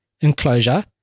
enclosure